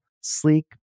sleek